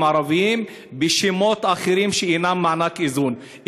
הערביים בשמות אחרים שאינם מענק איזון.